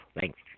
Thanks